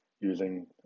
using